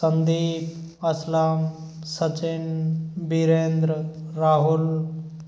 Sandeep Aslam Sachin Birendra Rahul